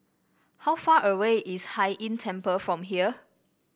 how far away is Hai Inn Temple from here